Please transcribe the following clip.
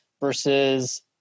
versus